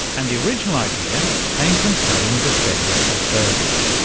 and the original idea came from studying the feathers of birds.